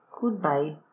Goodbye